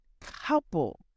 couple